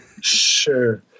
Sure